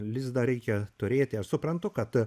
lizdą reikia turėti aš suprantu kad